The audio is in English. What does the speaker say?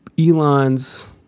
Elon's